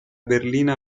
berlina